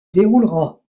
déroulera